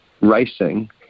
racing